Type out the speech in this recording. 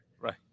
Right